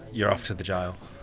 you're off to the jail.